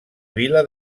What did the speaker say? vila